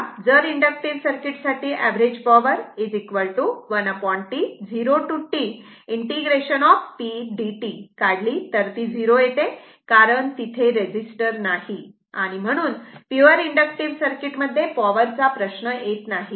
तेव्हा जर inductive circuit साठी average power 1T 0 to T ∫p dt काढली तर ते 0 येते कारण तिथे रेजीस्टर नाही आणि म्हणून पिवर इन्डक्टिव्ह सर्किट मध्ये पॉवर चा प्रश्न येत नाही